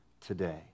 today